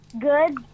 Good